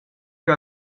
che